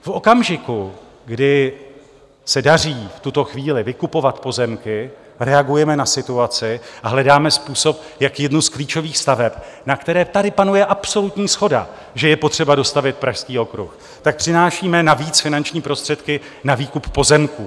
V okamžiku, kdy se daří v tuto chvíli vykupovat pozemky, reagujeme na situaci a hledáme způsob, jak jednu z klíčových staveb, na které tady panuje absolutní shoda, že je potřeba dostavět, Pražský okruh, tak přinášíme navíc finanční prostředky na výkup pozemků.